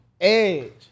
Edge